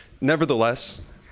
Nevertheless